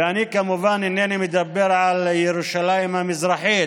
ואני כמובן אינני מדבר על ירושלים המזרחית,